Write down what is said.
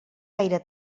gaire